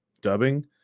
dubbing